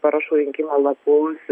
parašų rinkimo lapus